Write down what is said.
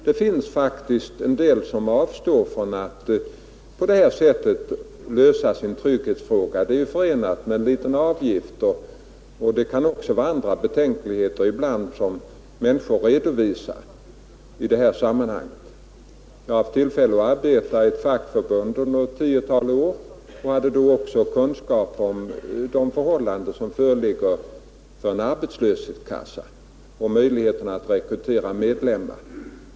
Det finns faktiskt en del personer som avstår från att lösa sin trygghetsfråga på detta sätt. Försäkringsskyddet är ju förenat med en liten avgift, och människor kan ibland redovisa betänkligheter också av andra skäl. Jag har haft tillfälle att arbeta i ett fackförbund under något tiotal år, och jag fick då kunskap om de förhållanden som gäller för en arbetslöshetskassa och om dess möjligheter att rekrytera medlemmar.